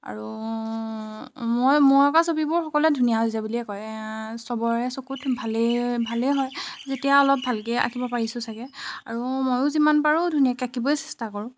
আৰু মই মই অঁকা ছবিবোৰ সকলোৱে ধুনীয়া হৈছে বুলিয়ে কয় চবৰে চকুত ভালেই ভালে হয় যেতিয়া অলপ ভালকৈ আঁকিব পাৰিছো চাগে আৰু মইয়ো যিমান পাৰো ধুনীয়াকৈ আঁকিবই চেষ্টা কৰোঁ